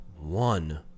one